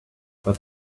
but